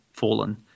fallen